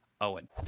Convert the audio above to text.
Owen